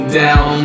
down